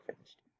finished